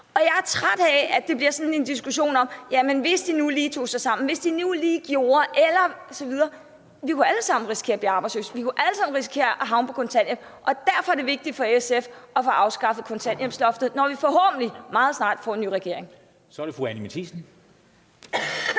Og jeg er træt af, at det bliver sådan en diskussion om, at de nu lige skal tage sig sammen, at de nu lige skal gøre det og det, for vi kan alle sammen risikere at blive arbejdsløse, og vi kan alle sammen risikere at havne på kontanthjælp. Derfor er det vigtigt for SF at få afskaffet kontanthjælpsloftet, når vi forhåbentlig meget snart får en ny regering. Kl. 17:31 Første